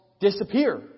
disappear